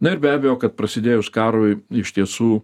na ir be abejo kad prasidėjus karui iš tiesų